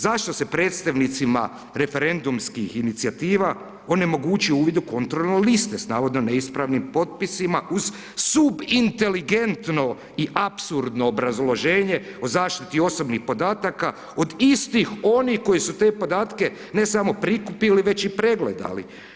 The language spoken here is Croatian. Zašto se predstavnicima referendumskih inicijativa onemogućuje uvid u kontrolne liste s navodno neispravnim potpisima uz subinteligentno i apsurdno obrazloženje o zaštiti osobnih podataka od istih onih koji su te podatke, ne samo prikupili, već i pregledali.